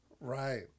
right